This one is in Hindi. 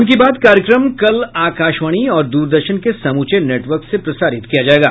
मन की बात कार्यक्रम कल आकाशवाणी और दूरदर्शन के समूचे नेटवर्क से प्रसारित किया जाएगा